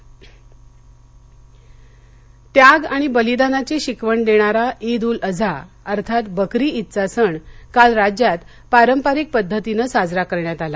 ईद त्याग आणि बलिदानाची शिकवण देणारा ईद उल अज्हा अर्थात बकरी ईद चा सण काल राज्यात पारंपरिक पद्धतीनं साजरा करण्यात आला